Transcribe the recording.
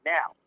Now